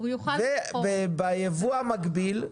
ביבוא המקביל,